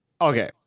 Okay